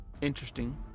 interesting